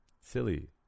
Silly